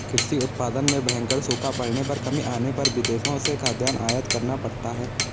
कृषि उत्पादन में भयंकर सूखा पड़ने पर कमी आने पर विदेशों से खाद्यान्न आयात करना पड़ता है